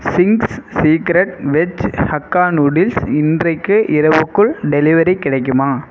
Ching's secret veg Hakka noodles இன்றைக்கு இரவுக்குள் delivery கிடைக்குமா